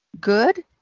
good